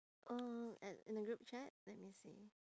oh at in the group chat let me see